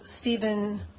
Stephen